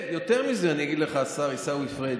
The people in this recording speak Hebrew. יותר מזה אני אגיד לך, השר עיסאווי פריג',